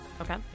Okay